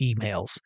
emails